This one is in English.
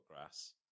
grass